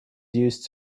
used